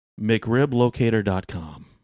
McRibLocator.com